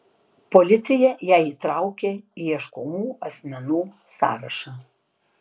policija ją įtraukė į ieškomų asmenų sąrašą